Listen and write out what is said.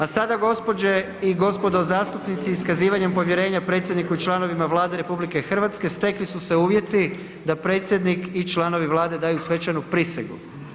A sada gospođe i gospodo zastupnici iskazivanjem povjerenja predsjedniku i članovima Vlade RH stekli su se uvjeti da predsjednik i članovi Vlade daju svečanu prisegu.